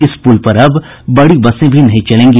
इस पूल पर अब बड़ी बसें भी नहीं चलेंगी